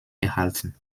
erhalten